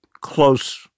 close